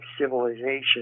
civilization